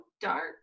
dark